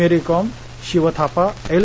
Mary Kom Shiva Thapa L